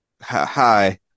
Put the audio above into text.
Hi